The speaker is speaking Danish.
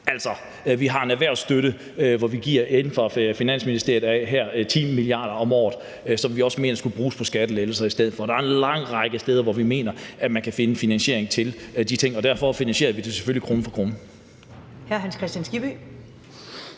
Altså, vi har en erhvervsstøtte, hvor vi inde fra Finansministeriet giver 10 mia. kr. om året, som vi også mener skulle bruges på skattelettelser i stedet for. Der er en lang række steder, hvor vi mener man kan finde finansiering til de ting, og derfor finansierer vi det selvfølgelig krone for krone.